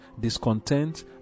discontent